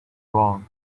wrong